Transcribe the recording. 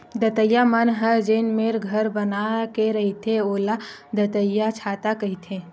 दतइया मन ह जेन मेर घर बना के रहिथे ओला दतइयाछाता कहिथे